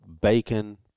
bacon